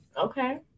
Okay